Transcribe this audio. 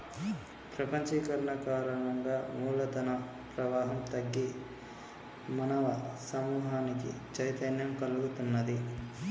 ప్రపంచీకరణ కారణంగా మూల ధన ప్రవాహం తగ్గి మానవ సమూహానికి చైతన్యం కల్గుతున్నాది